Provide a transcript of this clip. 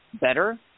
better